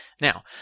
Now